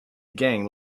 gang